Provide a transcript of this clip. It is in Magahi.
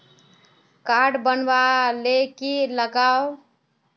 कार्ड बना ले की लगाव?